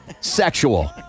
Sexual